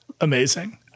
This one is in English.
Amazing